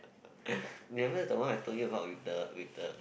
you remember is the one I told you about with the with the